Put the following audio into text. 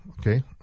okay